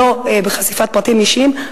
בלי חשיפת פרטים אישיים,